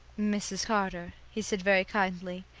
mrs. carter, he said very kindly,